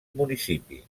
municipi